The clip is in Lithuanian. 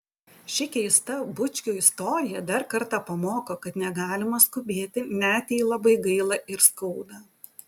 ši keista bučkių istorija dar kartą pamoko kad negalima skubėti net jei labai gaila ir skauda